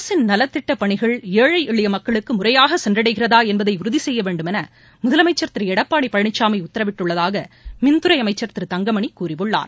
அரசின் நலத்திட்டப் பணிகள் ஏழை எளிய மக்களுக்கு முறையாக சென்றடைகிறதா என்பதை உறுதி செய்ய வேண்டும் என முதலமைச்சர் திரு எடப்பாடி பழனிசாமி உத்தரவிட்டுள்ளதாக மின்துறை அமைச்சர் திரு தங்கமணி கூறியுள்ளார்